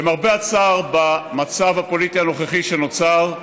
למרבה הצער, במצב הפוליטי הנוכחי שנוצר,